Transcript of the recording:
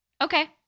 Okay